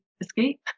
escape